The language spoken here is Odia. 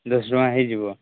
ଦଶ ଟଙ୍କା ହୋଇଯିବ